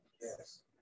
Yes